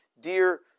dear